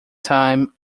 time